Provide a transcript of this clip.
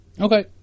Okay